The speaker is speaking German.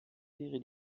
wäre